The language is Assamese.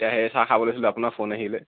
এতিয়া সেই চাহ খাব লৈছিলোঁ আপোনাৰ ফোন আহিলে